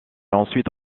ensuite